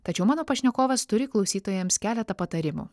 tačiau mano pašnekovas turi klausytojams keletą patarimų